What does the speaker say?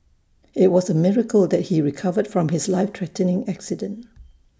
IT was A miracle that he recovered from his life threatening accident